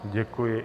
Děkuji.